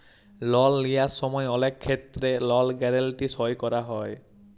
লল লিঁয়ার সময় অলেক খেত্তেরে লল গ্যারেলটি সই ক্যরা হয়